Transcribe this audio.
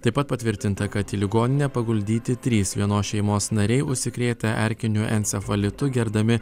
taip pat patvirtinta kad į ligoninę paguldyti trys vienos šeimos nariai užsikrėtę erkiniu encefalitu gerdami